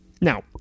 Now